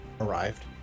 arrived